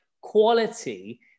quality